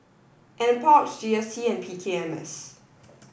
N Park G S C and P K M S